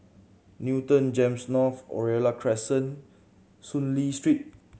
Newton GEMS North Oriole Crescent Soon Lee Street